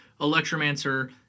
Electromancer